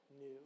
new